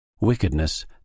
Wickedness